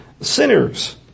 sinners